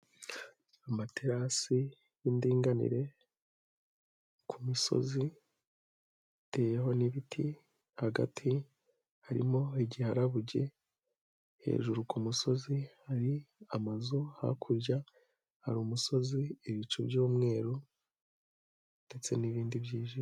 Amaterasi y'indinganire ku musozi hateyeho nibiti, hagati harimo igiharabuge, hejuru musozi hari amazu, hakurya hari umusozi, ibicu by'umweru ndetse n'bindi byijimye.